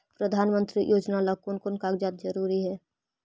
प्रधानमंत्री योजना ला कोन कोन कागजात जरूरी है?